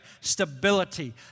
Stability